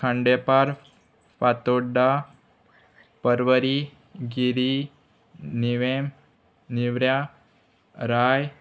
खांडेपार फातोड्डा पर्वरी गिरी निवेम निवऱ्या राय